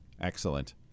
Excellent